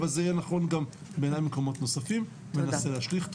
אבל זה יהיה נכון גם בעיניי במקומות נוספים וננסה להשליך.